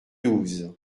douze